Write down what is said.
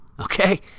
Okay